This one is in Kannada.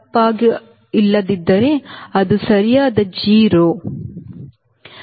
ನಾನು ತಪ್ಪಾಗಿಲ್ಲದಿದ್ದರೆ ಅದು ಸರಿಯಾದ g rho ಹೌದು